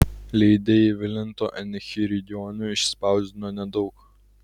leidėjai vilento enchiridionų išspausdino nedaug